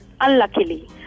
unluckily